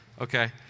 Okay